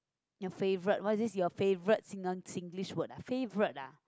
your favourite what is this your favourite Sin~ Singlish word ah favourite ah